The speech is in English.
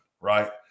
right